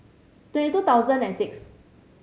twenty two thousand and six